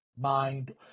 mind